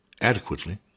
adequately